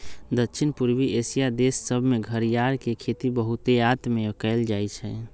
दक्षिण पूर्वी एशिया देश सभमें घरियार के खेती बहुतायत में कएल जाइ छइ